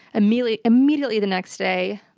immediately immediately the next day,